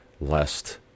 lest